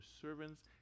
servants